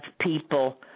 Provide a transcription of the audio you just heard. people